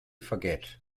forget